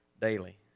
Daily